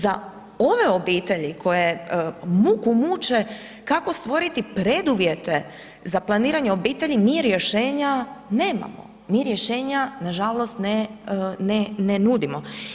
Za ove obitelji koje muku muče kako stvoriti preduvjete za planiranje obitelji, mi rješenja nemamo, mi rješenja nažalost ne nudimo.